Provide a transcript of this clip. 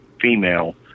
female